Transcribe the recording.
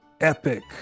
epic